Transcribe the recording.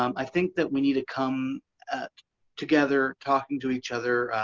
um i think that we need to come together, talking to each other,